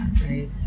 right